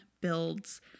builds